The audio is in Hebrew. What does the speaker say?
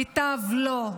ותו לא.